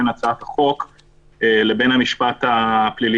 איך הצווים האלה מוצאים בתקופת הוראת השעה,